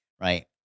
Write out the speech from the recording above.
right